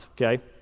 okay